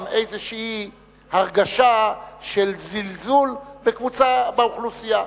לאיזו הרגשה של זלזול בקבוצה באוכלוסייה.